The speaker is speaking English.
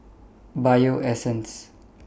Bio Essence